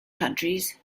countries